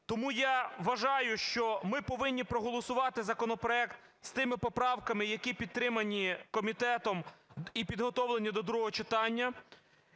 Тому я вважаю, що ми повинні проголосувати законопроект з тими поправками, які підтримані комітетом і підготовлені до другого читання,